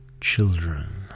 children